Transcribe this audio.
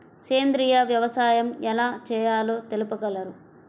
సేంద్రీయ వ్యవసాయం ఎలా చేయాలో తెలుపగలరు?